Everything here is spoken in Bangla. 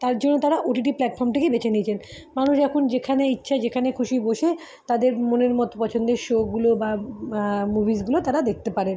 তার জন্য তারা ওটিটি প্ল্যাটফমটাকেই বেছে নিয়েছেন মানুষ এখন যেখানে ইচ্ছা যেখানে খুশি বসে তাদের মনের মতো পছন্দের শোগুলো বা মুভিসগুলো তারা দেখতে পারে